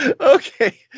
okay